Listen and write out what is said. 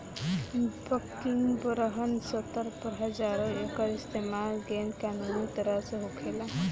बाकिर बड़हन स्तर पर आजो एकर इस्तमाल गैर कानूनी तरह से होखेला